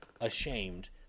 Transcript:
ashamed